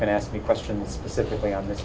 can ask me questions specifically on this